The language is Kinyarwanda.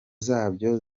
zabyo